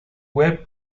web